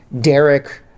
Derek